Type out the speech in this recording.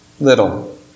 little